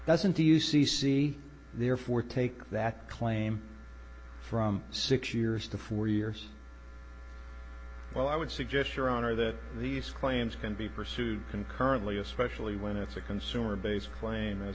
see c therefore take that claim from six years to four years well i would suggest your honor that these claims can be pursued concurrently especially when it's a consumer based claim as